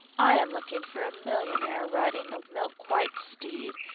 i am looking for a millionaire, riding a milk-white steed,